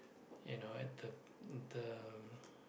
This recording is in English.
you know at the the